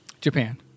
Japan